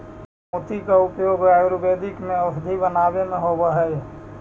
मोती का उपयोग आयुर्वेद में औषधि बनावे में होवअ हई